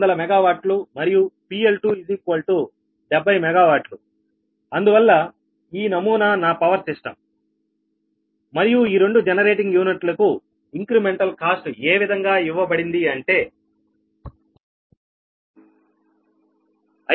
PL1 300 MW and PL2 70 MW అందువల్ల ఈ నమూనా నా పవర్ సిస్టం మరియు ఈ రెండు జనరేటింగ్ యూనిట్లకు ఇంక్రిమెంటల్ కాస్ట్ ఏ విధంగా ఇవ్వబడింది అంటే IC10